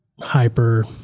hyper